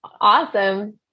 Awesome